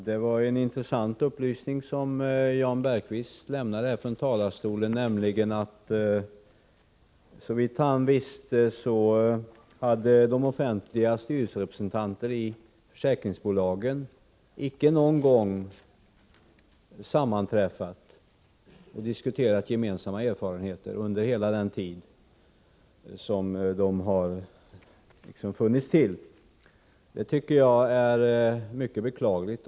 Det var en intressant upplysning som Jan Bergqvist lämnade i denna talarstol, nämligen att såvitt han visste hade de offentliga styrelserepresentanterna vid försäkringsbolagen inte någon gång under hela den tid som de funnits till sammanträffat och diskuterat gemensamma erfarenheter.